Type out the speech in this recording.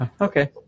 okay